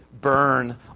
burn